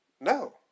No